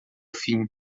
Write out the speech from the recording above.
fim